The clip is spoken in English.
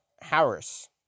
Harris